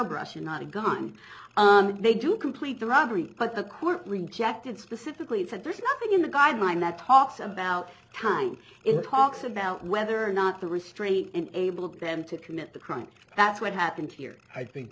brush and not a gun they do complete the robbery but the court rejected specifically said there's nothing in the guideline that talks about time it talks about whether or not the restraint and able to get them to commit the crime that's what happened here i think